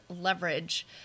leverage